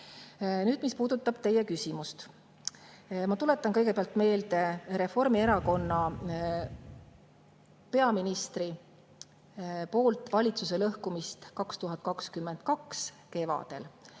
Nüüd, mis puudutab teie küsimust. Ma tuletan kõigepealt meelde Reformierakonna peaministri poolt valitsuse lõhkumist 2022 kevadel